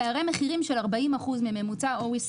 יש פה גם פערי מחירים של 40% מממוצע ה-OECD.